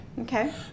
Okay